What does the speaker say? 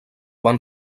van